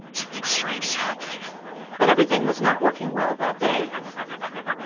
something strange is happening but everything was not working well that day.